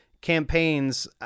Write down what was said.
campaigns